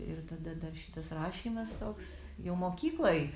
ir tada dar šitas rašymas toks jau mokykloj